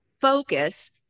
focus